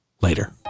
Later